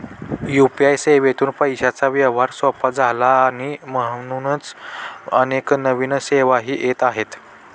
UPI सेवेतून पैशांचा व्यवहार सोपा झाला आणि म्हणूनच अनेक नवीन सेवाही येत आहेत